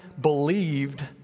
believed